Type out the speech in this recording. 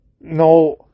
no